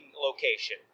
location